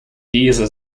diese